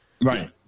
Right